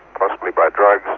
possibly by drugs,